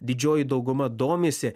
didžioji dauguma domisi